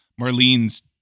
Marlene's